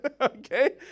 Okay